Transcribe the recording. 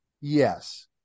Yes